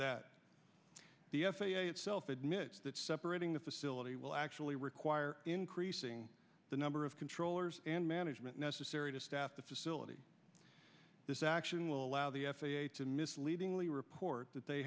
that the f a a itself admits that separating the facility will actually require increasing the number of controllers and management necessary to staff the facility this action will allow the f a a to misleadingly report that they